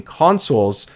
consoles